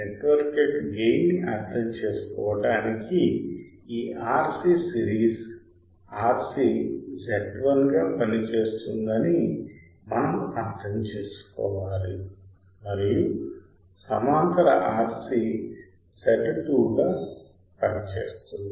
network యొక్క gain ని అర్థం చేసుకోవడానికి ఈ RC సిరీస్ RC Z1 గా పనిచేస్తుందని మేము అర్థం చేసుకోవాలి మరియు సమాంతర RC Z2 గా పనిచేస్తుంది